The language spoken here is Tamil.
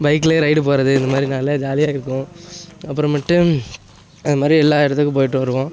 பைக்கில் ரைடு போகிறது இது மாதிரி நல்லா ஜாலியாக இருக்கும் அப்புறமேட்டு அது மாதிரி எல்லா இடத்துக்கும் போயிட்டு வருவோம்